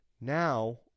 Now